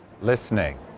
listening